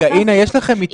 שיש הסכמה על המתווה,